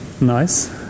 nice